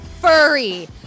furry